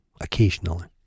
Occasionally